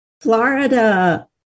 florida